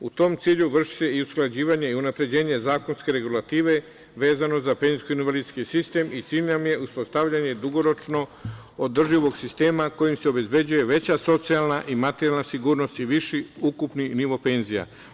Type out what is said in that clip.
U tom cilju vrši se i usklađivanje i unapređenje zakonske regulative vezano za penzijsko invalidski sistem i cilj nam je uspostavljanje dugoročno održivog sistema, kojim se obezbeđuje veća socijalna i materijalna sigurnost i viši ukupni nivo penzija.